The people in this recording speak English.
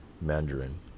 Mandarin